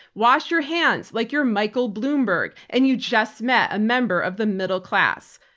wash your hands like you're michael bloomberg and you just met a member of the middle class.